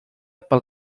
pel